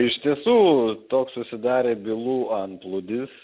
iš tiesų toks susidarė bylų antplūdis